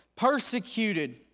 persecuted